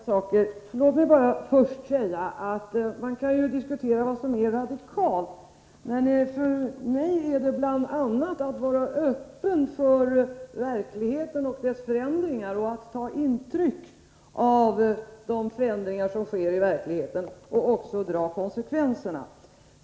Herr talman! Det var många saker på en gång. Låt mig först säga att man ju kan diskutera vad som är radikalt, men för mig innebär det bl.a. att vara öppen för verkligheten och dess förändringar och att ta intryck av de förändringar som sker i verkligheten och dra konsekvenserna därav.